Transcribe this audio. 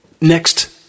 Next